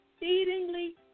exceedingly